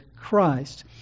Christ